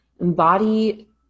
embody